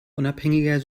unabhängiger